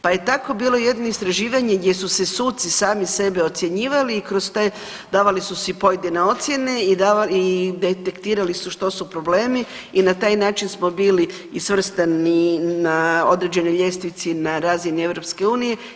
Pa je tako bilo jedno istraživanje gdje su se suci sami sebe ocjenjivali i kroz to davali su si pojedine ocijene i detektirali su što su problemi i na taj način smo bili i svrstani na određenoj ljestvici na razini EU.